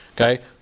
Okay